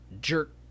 jerk